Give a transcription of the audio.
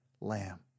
Lamb